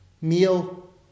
meal